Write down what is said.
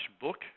book